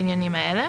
בעניינים האלה: